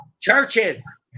Churches